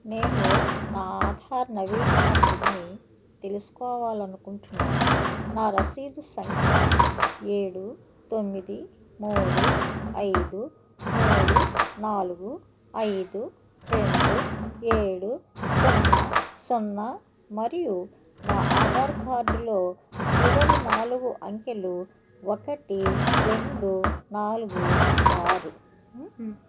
నేను నా ఆధార్ నవీకరణ స్థితిని తెలుసుకోవాలనుకుంటున్నాను నా రసీదు సంఖ్య ఏడు తొమ్మిది మూడు ఐదు మూడు నాలుగు ఐదు రెండు ఏడు సున్నా సున్నా మరియు నా ఆధార్ కార్డులో చివరి నాలుగు అంకెలు ఒకటి రెండు నాలుగు ఆరు